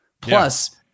Plus